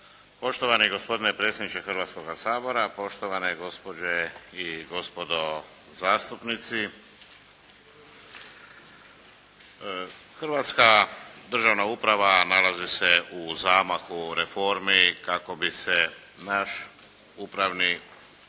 Poštovani gospodine predsjedniče Hrvatskoga sabora, poštovane gospođe i gospodo zastupnici hrvatska državna uprava nalazi se u zamahu reformi kako bi se naš upravni